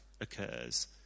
occurs